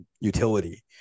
utility